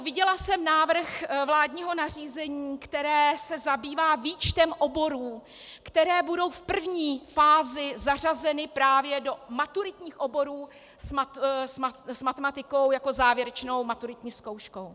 Viděla jsem návrh vládního nařízení, které se zabývá výčtem oborů, které budou v první fázi zařazeny právě do maturitních oborů s matematikou jako závěrečnou maturitní zkouškou.